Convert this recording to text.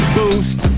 boost